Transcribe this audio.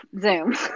Zoom